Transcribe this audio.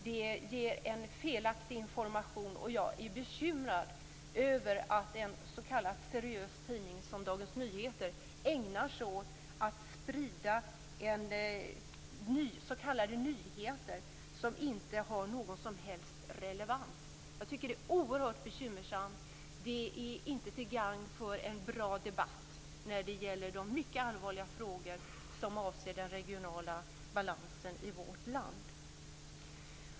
Det ger felaktig information. Jag är bekymrad över att en seriös tidning som Dagens Nyheter ägnar sig åt att sprida s.k. nyheter som inte har någon som helst relevans. Det är oerhört bekymmersamt. Det är inte till gagn för en bra debatt om de mycket allvarliga frågor som avser den regionala balansen i vårt land.